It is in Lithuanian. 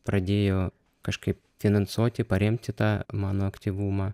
pradėjo kažkaip finansuoti paremti tą mano aktyvumą